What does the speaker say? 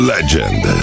Legend